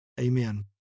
Amen